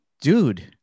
dude